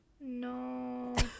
No